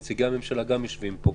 נציגי הממשלה גם יושבים פה.